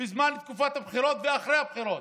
בזמן תקופת הבחירות ואחרי הבחירות,